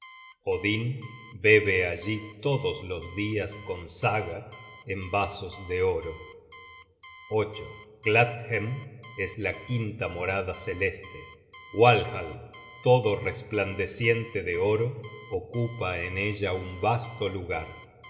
odin bebe allí todos los dias con saga en vasos de oro gladshem es la quinta morada celeste walhall todo resplandeciente de oro ocupa en ella un vasto lugar